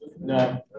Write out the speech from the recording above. No